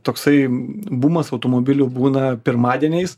toksai bumas automobilių būna pirmadieniais